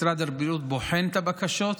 משרד הבריאות בוחן את הבקשות,